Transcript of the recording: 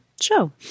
show